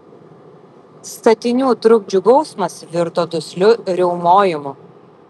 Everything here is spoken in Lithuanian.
statinių trukdžių gausmas virto dusliu riaumojimu